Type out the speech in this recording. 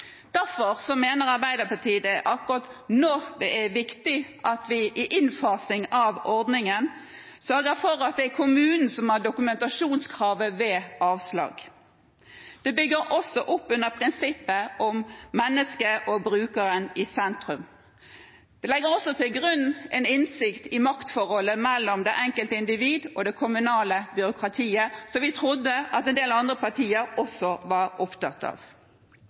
Derfor mener Arbeiderpartiet at det er akkurat nå i innfasing av ordningen er viktig at vi sørger for at det er kommunen som har dokumentasjonskravet ved avslag. Det bygger også opp under prinsippet om mennesket og brukeren i sentrum. Vi legger også til grunn en innsikt i maktforholdet mellom det enkelte individ og det kommunale byråkratiet som vi trodde at en del andre partier også var opptatt av.